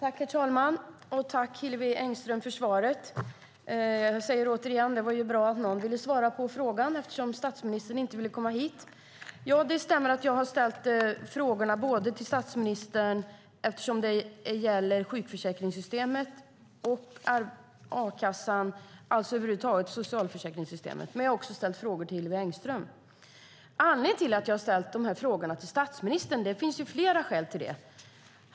Herr talman! Tack för svaret, Hillevi Engström! Jag säger återigen: Det var ju bra att någon ville svara på frågan eftersom statsministern inte ville komma hit. Det stämmer att jag har ställt frågorna till statsministern eftersom det gäller sjukförsäkringssystemet och a-kassan, det vill säga socialförsäkringssystemet i allmänhet. Men jag har också ställt frågor till Hillevi Engström. Det finns flera skäl till att jag har ställt de här frågorna till statsministern.